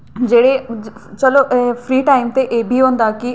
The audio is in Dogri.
जेह्ड़े चलो फ्री टाइम ते एह् बी होंदा कि